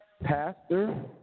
Pastor